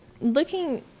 looking